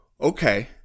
Okay